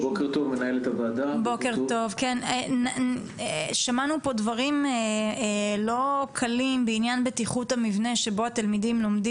>> שמענו פה דברים לא קלים בעניין בטיחות המבנה שבו התלמידים שוהים.